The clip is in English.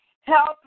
Help